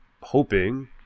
hoping